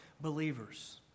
believers